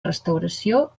restauració